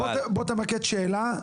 אז בוא תמקד שאלה,